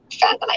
family